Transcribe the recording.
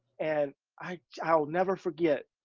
and i i'll never forget,